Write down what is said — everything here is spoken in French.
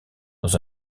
dans